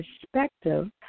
perspective